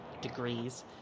Degrees